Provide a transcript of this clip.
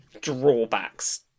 drawbacks